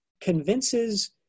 convinces